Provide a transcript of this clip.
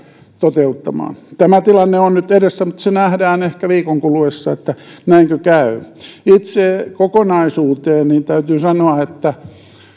toteuttamaan tämä tilanne on nyt edessä mutta se nähdään ehkä viikon kuluessa näinkö käy itse kokonaisuuteen täytyy sanoa